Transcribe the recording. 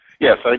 Yes